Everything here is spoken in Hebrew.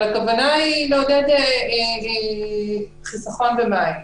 הכוונה היא לעודד חיסכון במים.